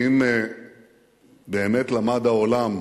האם באמת למד העולם